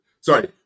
sorry